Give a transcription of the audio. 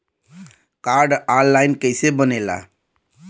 Card online कइसे बनेला?